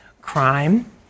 crime